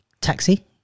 Taxi